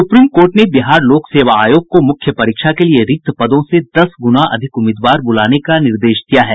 supreme court ने बिहार लोक सेवा आयोग को मुख्य परीक्षा के लिए रिक्त पदों से दस गुना अधिक उम्मीदवार बुलाने का निर्देश दिया है